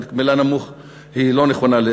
המילה נמוך היא לא נכונה,